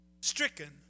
stricken